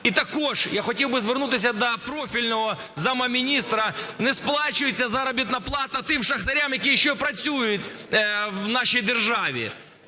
І також я хотів би звернутися до профільного замміністра. Не сплачується заробітна плата тим шахтарям, які ще працюють в нашій державі.